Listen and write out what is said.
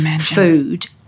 food